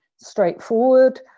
straightforward